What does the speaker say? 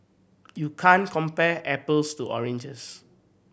you can't compare apples to oranges